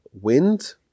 wind